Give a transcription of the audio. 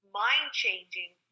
mind-changing